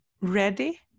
ready